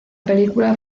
película